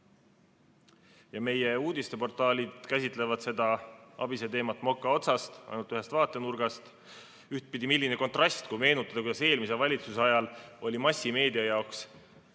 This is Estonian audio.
Meie uudiseportaalid käsitlevad ABIS‑e teemat moka otsast, ainult ühest vaatenurgast. Ühtpidi, milline kontrast, kui meenutada, kuidas eelmise valitsuse ajal oli massimeedia jaoks iga